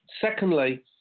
Secondly